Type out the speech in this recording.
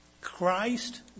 Christ